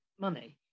money